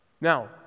Now